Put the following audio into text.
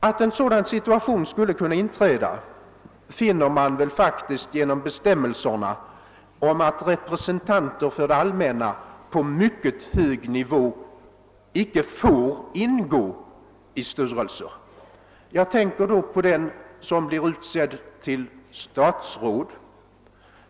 Att en sådan situation skulle kunna inträda bestyrkes av bestämmelsen om att representanter för det allmänna på mycket hög nivå icke får ingå i bankstyrelser. Jag tänker då på den som blir utsedd till statsråd.